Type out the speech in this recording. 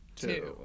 two